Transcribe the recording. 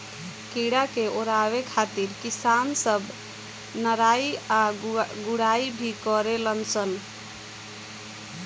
कीड़ा के ओरवावे खातिर किसान सब निराई आ गुड़ाई भी करलन सन